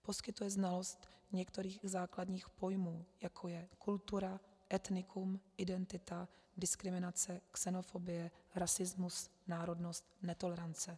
Poskytuje znalost některých základních pojmů, jako je kultura, etnikum, identita, diskriminace, xenofobie, rasismus, národnost, netolerance.